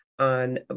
on